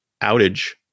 outage